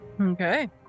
Okay